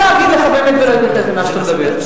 אני לא אגיד לך באמת ולא אתייחס למה שאתה מדבר,